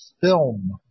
film